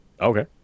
okay